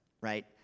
right